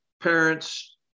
parents